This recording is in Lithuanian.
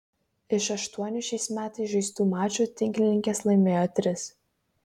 iš aštuonių šiais metais žaistų mačų tinklininkės laimėjo tris